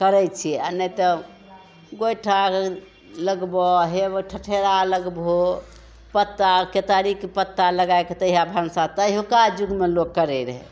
करै छियै आ नहि तऽ गोइठा लगबऽ हे बऽ ठठेरा लगबहो पत्ता केतारीके पत्ता लगाइके तहिया भनसा तैहुका युगमे लोग करै रहै